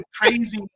crazy